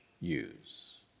use